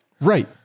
right